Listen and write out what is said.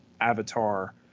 avatar